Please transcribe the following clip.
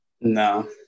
No